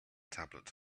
tablet